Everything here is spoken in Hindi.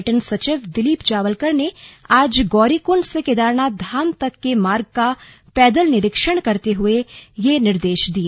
पर्यटन सचिव दिलीप जावलकर ने आज गौरीकृण्ड से केदारनाथ धाम तक के मार्ग का पैदल निरीक्षण करते हुए ये निर्देश दिए